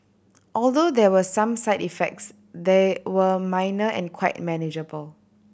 although there were some side effects they were minor and quite manageable